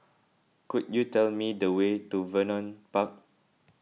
could you tell me the way to Vernon Park